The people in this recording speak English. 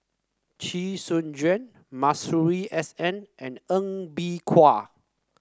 Chee Soon Juan Masuri S N and Ng Bee Kia